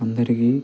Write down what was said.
అందరికీ